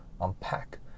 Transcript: unpack